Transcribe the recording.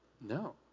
No